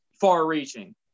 far-reaching